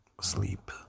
sleep